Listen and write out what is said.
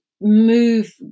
move